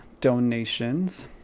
donations